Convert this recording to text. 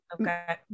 Okay